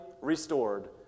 restored